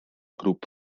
grŵp